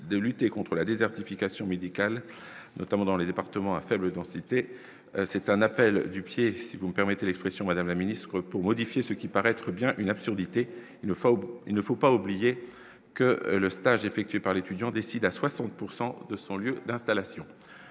de lutter contre la désertification médicale, notamment dans les départements à faible densité, c'est un appel du pied, si vous me permettez l'expression, Madame la ministre pour modifier ce qui paraît être bien une absurdité, il ne faut, il ne faut pas oublier que le stage effectué par l'étudiant décide à 60 pourcent de son lieu d'installation,